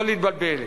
לא להתבלבל,